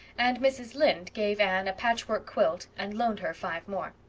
and mrs. lynde gave anne a patchwork quilt and loaned her five more.